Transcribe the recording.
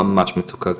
ממש מצוקה גדולה.